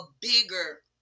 bigger